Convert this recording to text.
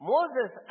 Moses